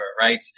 right